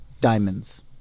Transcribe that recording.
diamonds